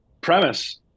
premise